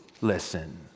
listen